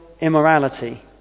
immorality